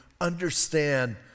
understand